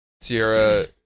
Sierra